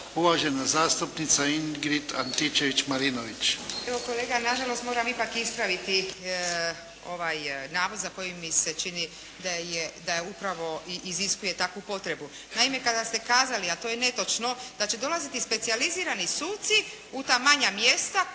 Marinović, Ingrid (SDP)** Evo kolega nažalost moram ipak ispraviti ovaj navod za koji mi se čini da je upravo i iziskuje takvu potrebu. Naime kada ste kazali a to je netočno da će dolaziti specijalizirani suci u ta manja mjesta,